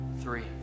Three